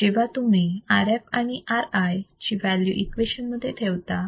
जेव्हा तुम्ही Rfआणि Ri ची व्हॅल्यू इक्वेशन मध्ये ठेवता